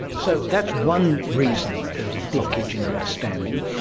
so that's one reason there is a blockage in understanding,